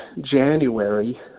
January